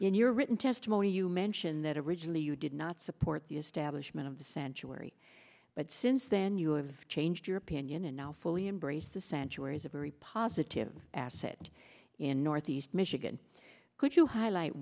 your written testimony you mentioned that originally you did not support the establishment of the century but since then you have changed your opinion and now fully embrace the centuries a very positive asset in northeast michigan could you highlight